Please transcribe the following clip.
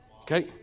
Okay